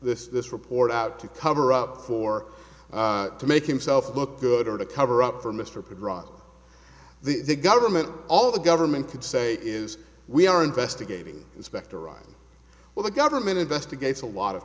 this this report out to cover up for to make himself look good or to cover up for mr pre rock the government all the government could say is we are investigating inspector ryan well the government investigates a lot of